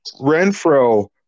Renfro